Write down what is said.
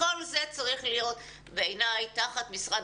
כל זה בעיניי צריך להיות תחת משרד